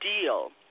deal